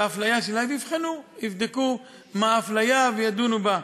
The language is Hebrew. באפליה, והן יבחנו, יבדקו מה האפליה וידונו בה.